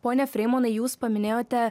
pone freimanai jūs paminėjote